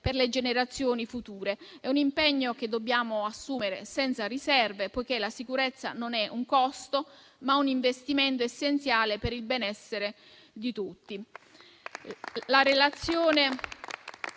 per le generazioni future. È un impegno che dobbiamo assumere senza riserve, poiché la sicurezza non è un costo, ma un investimento essenziale per il benessere di tutti.